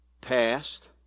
Past